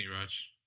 Raj